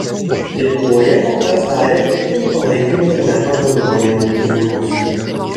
lietuvoje kol kas darė tik trumpalaikių interneto bendruomenių tyrimus